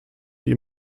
die